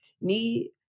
need